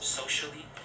socially